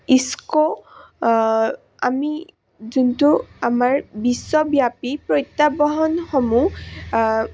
ইস্ক' আমি যোনটো আমাৰ বিশ্বব্যাপী প্ৰত্যাবহনসমূহ